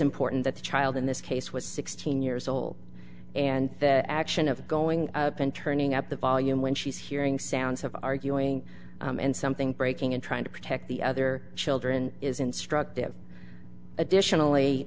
important that the child in this case was sixteen years old and that action of going up and turning up the volume when she's hearing sounds of arguing and something breaking and trying to protect the other children is instructive additionally